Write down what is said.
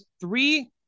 three